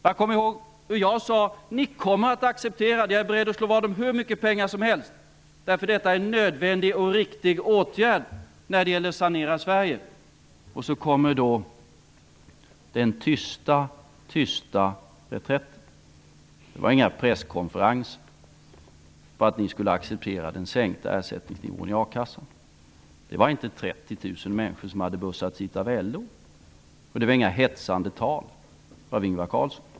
Jag kommer ihåg hur jag sade: Jag är beredd att slå vad om hur mycket pengar som helst att ni kommer att acceptera det, eftersom det är en nödvändig och riktig åtgärd när det gäller att sanera Sverige. Så kommer den tysta, tysta reträtten. Ni anordnade inga presskonferenser om att ni skulle acceptera den sänkta nivån på ersättningen från a-kassan. Man hade inte låtit LO bussa hit 30 000 människor, och det hölls inga hetsande tal av Ingvar Carlsson.